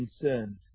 concerned